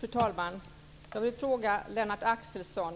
Fru talman! Jag vill fråga Lennart Axelsson